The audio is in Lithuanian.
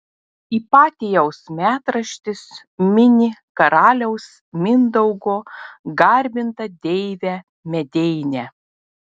ipatijaus metraštis mini karaliaus mindaugo garbintą deivę medeinę